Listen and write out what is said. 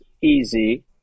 easy